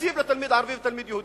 התקציב לתלמיד ערבי ולתלמיד יהודי,